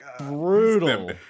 brutal